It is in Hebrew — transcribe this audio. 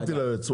אמרתי ליועץ,